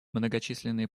многочисленные